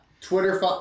Twitter